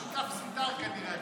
אתה שותף זוטר, כנראה.